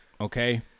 Okay